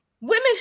women